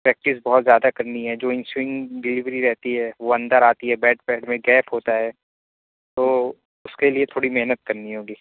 practice بہت زیادہ کرنی ہے جو ان سوئنگ ڈلیوری رہتی ہے وہ اندر آتی ہے بیٹ بیھ میں گیپ ہوتا ہے تو اس کے لیے تھوڑی محنت کرنی ہوگی